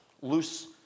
loose